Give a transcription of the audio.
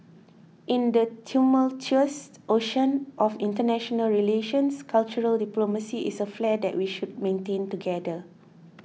in the tumultuous ocean of international relations cultural diplomacy is a flare that we should maintain together